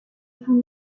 vous